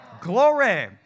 Glory